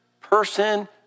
person